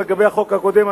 לגבי החוק הקודם,